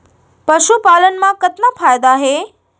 पशुपालन मा कतना फायदा हे?